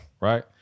right